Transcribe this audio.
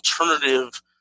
alternative